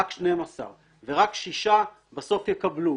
רק 12 ורק שישה בסוף יקבלו.